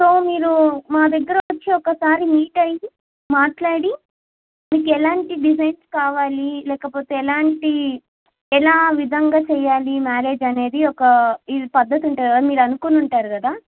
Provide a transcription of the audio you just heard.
so మీరు మా దగ్గర వచ్చి ఒకసారి మీట్ అయి మాట్లాడి మీకు ఎలాంటి డిజైన్స్ కావాలి లేకపోతే ఎలాంటి ఎలా విధంగా చెయ్యాలి మ్యారేజ్ అనేది ఒక ఈ పద్ధతి ఉంటుంది కదా మీరు అనుకుని ఉంటారు కదా